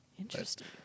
Interesting